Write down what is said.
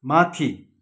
माथि